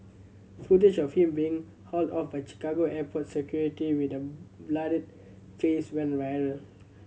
footage of him being hauled off by Chicago airport security with a bloodied face went viral